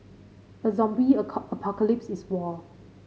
a zombie apocalypse is war